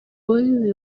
boyz